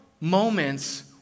moments